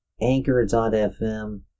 Anchor.fm